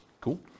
Cool